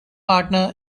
partner